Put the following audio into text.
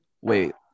Wait